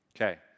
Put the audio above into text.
Okay